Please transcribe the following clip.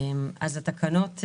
אז התקנות,